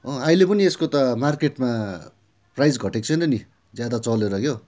अहिले पनि यसको त मार्केटमा प्राइस घटेको छैन नि ज्यादा चलेर क्या